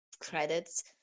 credits